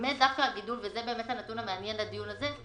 דווקא הגידול וזה הנתון המעניין לדיון הזה,